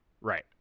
Right